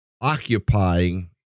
occupying